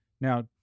Now